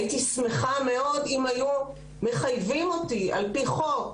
הייתי שמחה מאוד אם היו מחייבים אותי על פי חוק